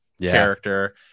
character